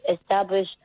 establish